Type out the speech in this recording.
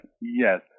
yes